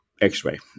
x-ray